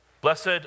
Blessed